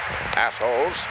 assholes